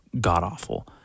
god-awful